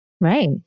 Right